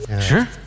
Sure